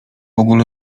ogóle